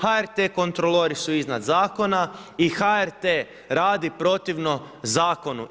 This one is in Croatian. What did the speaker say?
HRT kontrolori su iznad zakona i HRT radi protivno zakonu.